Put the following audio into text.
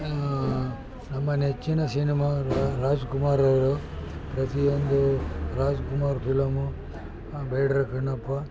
ನಮ್ಮ ನೆಚ್ಚಿನ ಸಿನೆಮಾ ನಟ ರಾಜ್ಕುಮಾರ್ ಅವರು ಪ್ರತಿಯೊಂದು ರಾಜ್ಕುಮಾರ್ ಫಿಲಮ್ಮು ಬೇಡರ ಕಣ್ಣಪ್ಪ